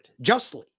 justly